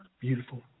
Beautiful